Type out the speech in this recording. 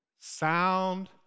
sound